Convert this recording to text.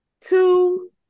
two